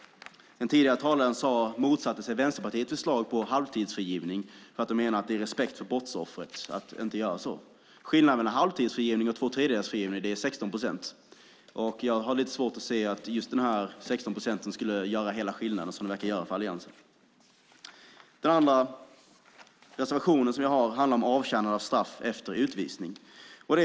En tidigare talare motsatte sig Vänsterpartiets förslag på halvtidsfrigivning. Man menar att det är att visa respekt för brottsoffret att inte ha halvtidsfrigivning. Skillnaden mellan halvtidsfrigivning och tvåtredjedelsfrigivning är 16 procent. Jag har lite svårt att se att de 16 procenten skulle göra hela skillnaden - som den verkar göra för Alliansen. Vår andra reservation handlar om avtjänande av straff efter utvisning.